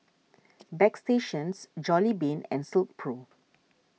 Bagstationz Jollibean and Silkpro